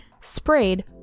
sprayed